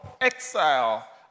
exile